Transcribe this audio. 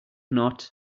not